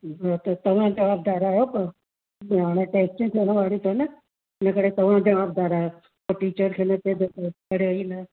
त तव्हां जवाबुदारु आहियो न हाणे टैस्टियूं थियण वारियूं अथव न हिन करे तव्हां जवाबुदारु आहियो पोइ टीचर खे न चइजो पढ़ियो ई न